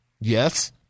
Yes